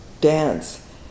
dance